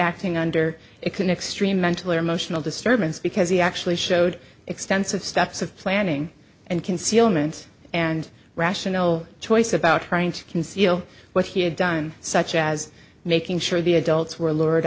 acting under it can extract mental or emotional disturbance because he actually showed extensive steps of planning and concealment and rational choice about trying to conceal what he had done such as making sure the adults were l